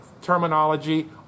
terminology